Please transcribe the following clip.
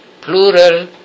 plural